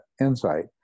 insight